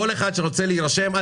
כל מי שרוצה להירשם,